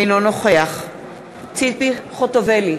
אינו נוכח ציפי חוטובלי,